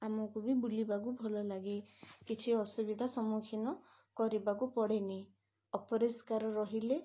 ଆମକୁ ବି ବୁଲିବାକୁ ଭଲ ଲାଗେ କିଛି ଅସୁବିଧା ସମ୍ମୁଖୀନ କରିବାକୁ ପଡ଼େନି ଅପରିଷ୍କାର ରହିଲେ